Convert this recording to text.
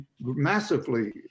massively